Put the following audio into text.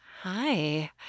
Hi